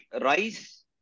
rice